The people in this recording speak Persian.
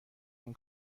این